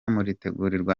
muritegurirwa